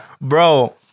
Bro